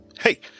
Hey